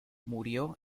murió